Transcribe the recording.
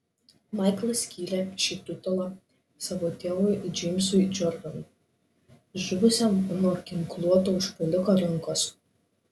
maiklas skyrė šį titulą savo tėvui džeimsui džordanui žuvusiam nuo ginkluoto užpuoliko rankos